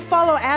Follow